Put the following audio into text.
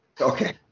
okay